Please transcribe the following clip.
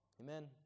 amen